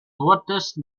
wortes